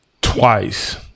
twice